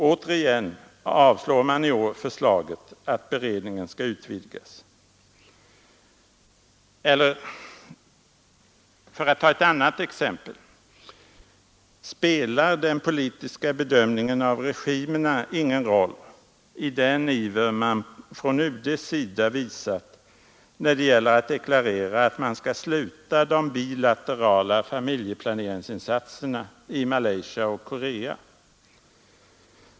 Återigen avslår man i år förslaget att beredningen skall utvidgas. Eller för att ta ett annat exempel: Spelar den politiska bedömningen av regimerna ingen roll i den iver man från UD:s sida visat, när det gäller att deklarera att man skall sluta med de bilaterala familjeplaneringsinsatserna i Malaysia och Korea?